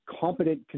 competent